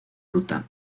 ruta